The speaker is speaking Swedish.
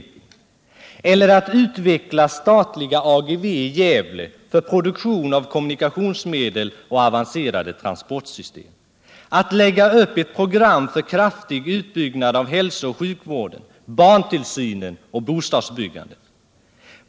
109 Jag har väldigt svårt att förstå varför man inte kan acceptera förslagen att utveckla statliga AGV i Gävle för produktion av kommunikationsmedel och avancerade transportsystem, att lägga upp ett program för kraftig utbyggnad av hälsooch sjukvården, barntillsynen och bostadsbyggandet.